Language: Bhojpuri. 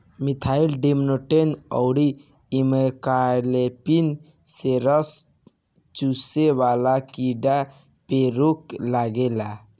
मिथाइल डिमेटोन अउरी इमिडाक्लोपीड से रस चुसे वाला कीड़ा पे रोक लागेला